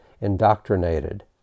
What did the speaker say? indoctrinated